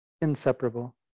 inseparable